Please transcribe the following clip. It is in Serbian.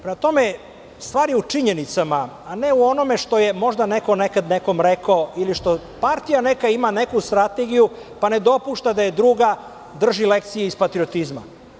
Prema tome, stvar je u činjenicama, a ne u onome što je možda neko nekom nekad rekao ili što neka partija ima neku strategiju, pa ne dopušta da joj druga drži lekcije iz patriotizma.